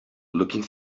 looking